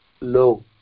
low